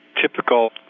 typical